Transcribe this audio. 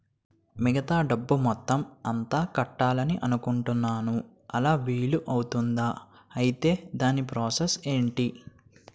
మిగతా డబ్బు మొత్తం ఎంత కట్టాలి అనుకుంటున్నాను అలా వీలు అవ్తుంధా? ఐటీ దాని ప్రాసెస్ ఎంటి?